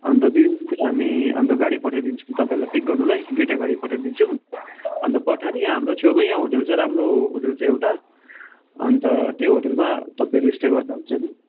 अन्त दुई बजीतिर हामी हाम्रो गाडी पठाइदिन्छु म तपाईँलाई पिक गर्नुलाई दुईवटा गाडी पठाइदिन्छु म अन्त पछाडि यहाँ हाम्रो छेउमा यहाँ होटल छ राम्रो होटल छ एउटा अन्त त्यो होटलमा तपाईँहरू स्टे गर्दा हुन्छ नि